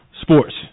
sports